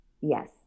Yes